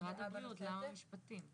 משרד הבריאות, למה המשפטים?